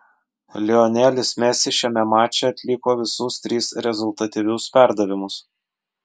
lionelis messi šiame mače atliko visus tris rezultatyvius perdavimus